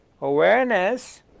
awareness